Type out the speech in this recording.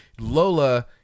Lola